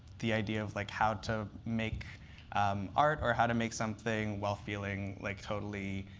the idea of like how to make art or how to make something while feeling like totally